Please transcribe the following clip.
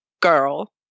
girl